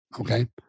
Okay